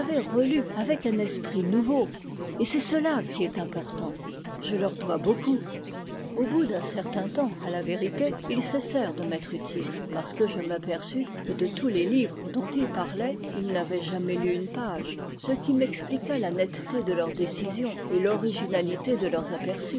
relu avec un esprit nouveau et c'est cela qui est important je leur dois beaucoup au bout d'un certain temps à la vérité ils cessèrent de m'être utiles parce que je m'aperçus que de tous les livres dont ils parlaient ils n'avaient jamais lu une page ce qui m'expliqua la netteté de leurs décisions et l'originalité de leurs